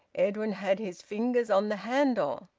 edwin had his fingers on the handle.